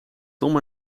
tom